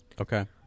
Okay